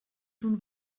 schon